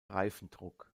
reifendruck